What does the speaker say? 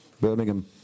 Birmingham